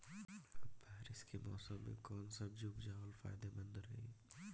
बारिश के मौषम मे कौन सब्जी उपजावल फायदेमंद रही?